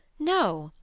no,